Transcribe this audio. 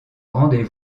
rendez